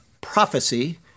prophecy